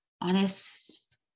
honest